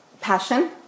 Passion